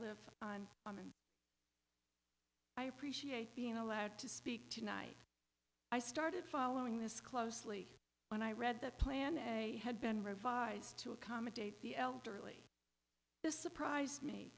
live i'm a man i appreciate being allowed to speak tonight i started following this closely when i read that plan a had been revised to accommodate the elderly this surprised me